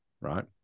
right